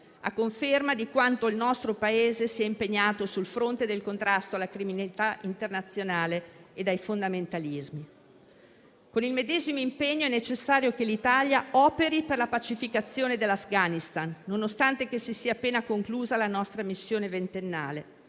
a conferma di quanto il nostro Paese si è impegnato sul fronte del contrasto alla criminalità internazionale ed ai fondamentalismi. Con il medesimo impegno è necessario che l'Italia operi per la pacificazione dell'Afghanistan, nonostante si sia appena conclusa la nostra missione ventennale,